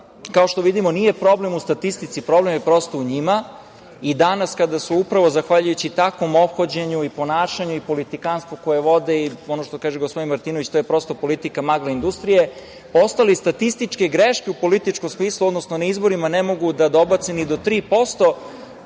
Kao što vidimo, nije problem u statistici, problem je u njima. Danas, kada su upravo zahvaljujući takvom ophođenju i ponašanju i politikanstvu koje vode, i ono što kaže gospodin Martinović, to je prosto politika magla industrije, postali statističke greške u političkom smislu, odnosno na izborima ne mogu da dobace ni do 3%,